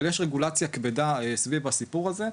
אבל יש רגולציה כבדה סביב הסיפור הזה.